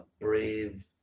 Brave